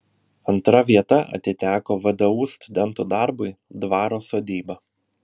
antra vieta atiteko vdu studentų darbui dvaro sodyba